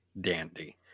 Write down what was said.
dandy